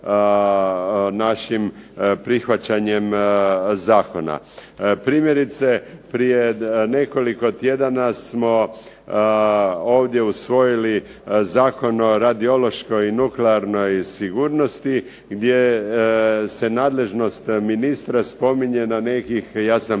našim prihvaćanjem zakona. Primjerice, prije nekoliko tjedana smo ovdje usvojili Zakon o radiološkoj i nuklearnoj sigurnosti gdje se nadležnost ministra spominje na nekih, ja sam